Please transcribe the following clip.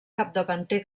capdavanter